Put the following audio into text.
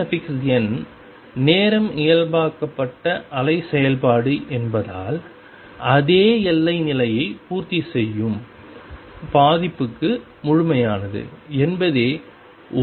Cn நேரம் இயல்பாக்கப்பட்ட அலை செயல்பாடு என்பதால் அதே எல்லை நிலையை பூர்த்திசெய்யும் பாதிப்புக்கு முழுமையானது என்பதே